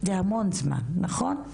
זה המון זמן, נכון?